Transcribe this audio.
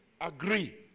agree